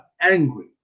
angry